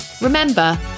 Remember